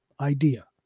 idea